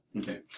Okay